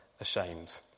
ashamed